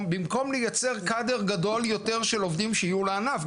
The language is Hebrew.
במקום לייצר קאדר גדול יותר של עובדים שיהיו לענף,